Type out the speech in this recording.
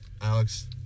Alex